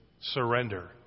surrender